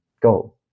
go